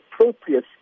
appropriate